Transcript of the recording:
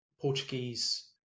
portuguese